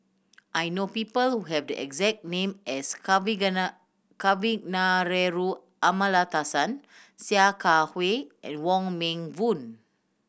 I know people who have the exact name as Kavignareru Amallathasan Sia Kah Hui and Wong Meng Voon